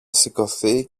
σηκωθεί